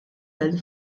belt